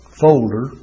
folder